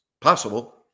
possible